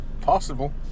possible